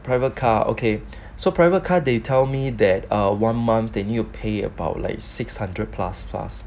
private car okay so private car they told me that err one month they need to pay about like six hundred plus plus